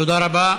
תודה רבה.